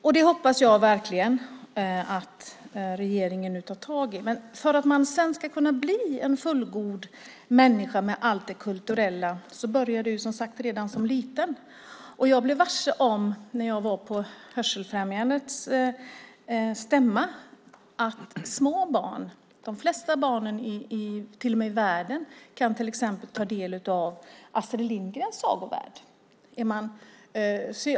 Jag hoppas verkligen att regeringen nu tar tag i det här. Men för att man ska kunna bli en fullgod människa med allt det kulturella börjar det som sagt redan när man är liten. Jag blev varse när jag var på Hörselfrämjandets stämma att små barn, de flesta barnen i världen, kan ta del av Astrid Lindgrens sagovärld.